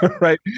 Right